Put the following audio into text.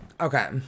Okay